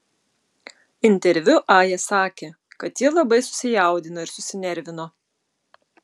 interviu aja sakė kad ji labai susijaudino ir susinervino